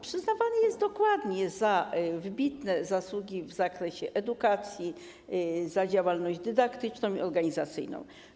Przyznawany jest dokładnie za wybitne zasługi w zakresie edukacji, za działalność dydaktyczną i organizacyjną.